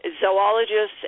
zoologists